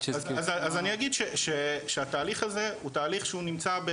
אז אני אגיד שהתהליך הזה הוא תהליך שהוא נמצא,